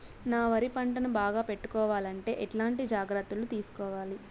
నా వరి పంటను బాగా పెట్టుకోవాలంటే ఎట్లాంటి జాగ్రత్త లు తీసుకోవాలి?